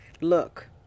look